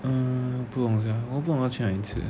嗯不懂 sia 都不懂要去哪里吃